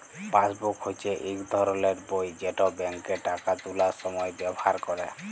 passbook হচ্যে ইক ধরলের বই যেট ব্যাংকে টাকা তুলার সময় ব্যাভার ক্যরে